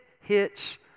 hits